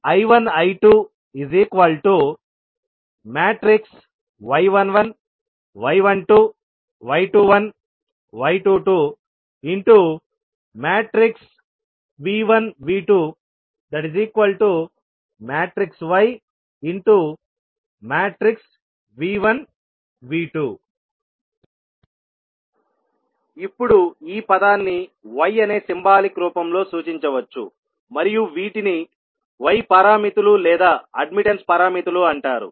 I1 I2 y11 y12 y21 y22 V1 V2 yV1 V2 ఇప్పుడు ఈ పదాన్ని Y అనే సింబాలిక్ రూపంలో సూచించవచ్చు మరియు వీటిని y పారామితులు లేదా అడ్మిట్టన్స్ పారామితులు అంటారు